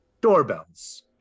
Doorbells